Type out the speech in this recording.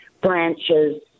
branches